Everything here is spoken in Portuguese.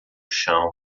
chão